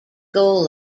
goal